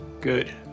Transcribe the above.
good